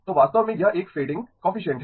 तो वास्तव में यह एक फ़ेडिंग कोएफ़्फ़िसीएन्ट है